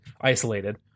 isolated